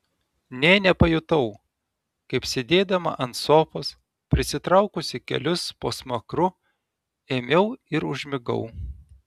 nė nepajutau kaip sėdėdama ant sofos prisitraukusi kelius po smakru ėmiau ir užmigau